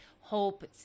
hope